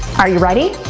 are you ready?